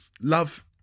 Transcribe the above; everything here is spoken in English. love